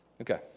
Okay